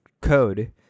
code